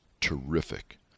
Terrific